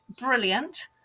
Brilliant